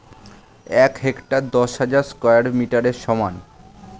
এক হেক্টার দশ হাজার স্কয়ার মিটারের সমান